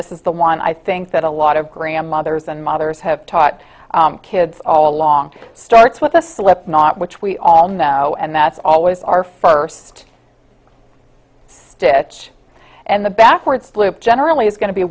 this is the one i think that a lot of grandmothers and mothers have taught kids all along starts with the slipknot which we all know and that's always our first stitch and the backwards blue generally is going to be